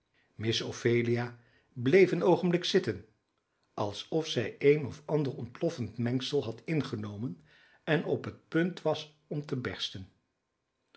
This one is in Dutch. miss ophelia bleef een oogenblik zitten alsof zij een of ander ontploffend mengsel had ingenomen en op het punt was om te bersten